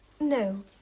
No